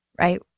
right